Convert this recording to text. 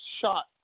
shot